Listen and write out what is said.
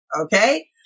okay